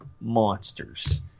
monsters